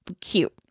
cute